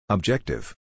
Objective